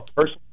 first